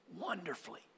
wonderfully